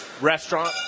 restaurant